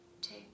two